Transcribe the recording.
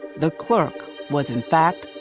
the clerk was, in fact,